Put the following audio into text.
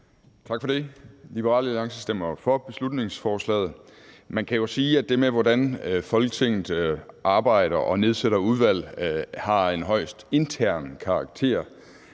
Tak for det. Liberal Alliance stemmer jo for beslutningsforslaget. Man kan jo sige, at det med, hvordan Folketinget arbejder og nedsætter udvalg, har en højst intern karakter,